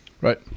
Right